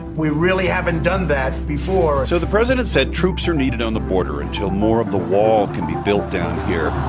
we really haven't done that before so the president said troops are needed on the border until more of the wall can be built down here